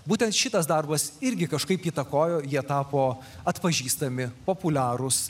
būtent šitas darbas irgi kažkaip įtakojo jie tapo atpažįstami populiarūs